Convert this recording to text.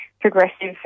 progressive